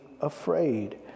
afraid